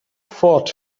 fought